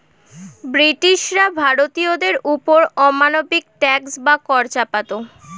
ব্রিটিশরা ভারতীয়দের ওপর অমানবিক ট্যাক্স বা কর চাপাতো